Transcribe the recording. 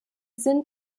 sind